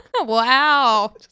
Wow